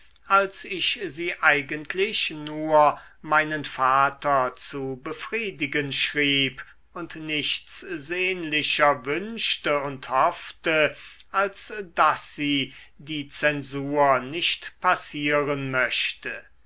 als ich sie eigentlich nur meinen vater zu befriedigen schrieb und nichts sehnlicher wünschte und hoffte als daß sie die zensur nicht passieren möchte